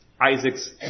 Isaac's